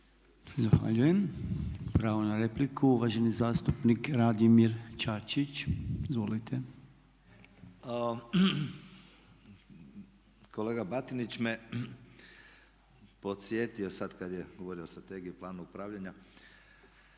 Zahvaljujem. Pravo na repliku uvaženi zastupnik Radimir Čačić. Izvolite. **Čačić, Radimir (Reformisti)** Kolega Batinić me podsjetio sad kad je govorio o Strategiji o planu upravljanja